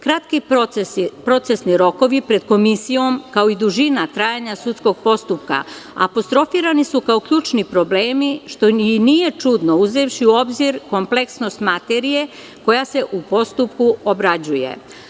Kratki procesni rokovi pred Komisijom, kao i dužina trajanja sudskog postupka apostrofirani su kao ključni problemi, što i nije čudno, uzevši u obzir kompleksnost materije koja se u postupku obrađuje.